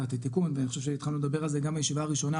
כתיקון ואני חושב שהתחלנו לדבר על זה גם בישיבה הראשונה